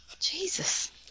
Jesus